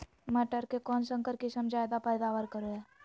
मटर के कौन संकर किस्म जायदा पैदावार करो है?